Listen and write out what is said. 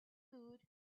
food